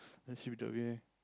that should be the way